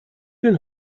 will